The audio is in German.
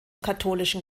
katholischen